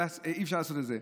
ואי-אפשר לעשות את זה,